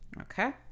Okay